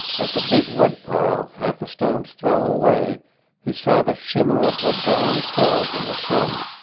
at the big wood-pile half a stone's throw away he saw the shimmer of her brown curls in the sun,